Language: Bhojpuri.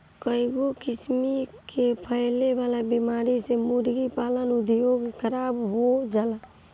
कईगो किसिम कअ फैले वाला बीमारी से मुर्गी पालन उद्योग खराब हो जाला